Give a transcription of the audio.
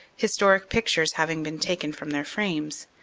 historic pictures having been taken from their frames,